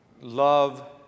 love